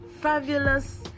fabulous